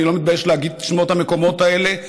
אני לא מתבייש להגיד את שמות המקומות האלה,